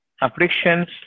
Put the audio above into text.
afflictions